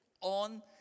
on